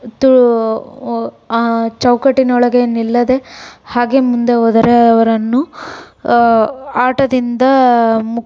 ತು ಆ ಚೌಕಟ್ಟಿನೊಳಗೆ ನಿಲ್ಲದೇ ಹಾಗೆ ಮುಂದೆ ಹೋದರೆ ಅವರನ್ನು ಆಟದಿಂದ ಮು